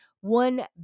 one